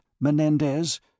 Menendez